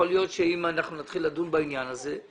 יכול להיות שאם אנחנו נתחיל לדון בעניין הזה,